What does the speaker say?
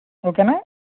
ఓకేనా